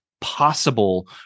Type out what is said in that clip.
possible